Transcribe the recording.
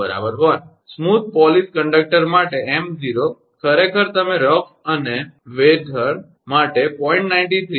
સરળ polished conductor માટે 𝑚0 ખરેખર તમે રફ અને વેઇર્ડ કંડક્ટર માટે 0